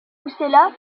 poussaient